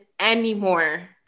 anymore